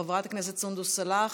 חברת הכנסת סונדוס סאלח,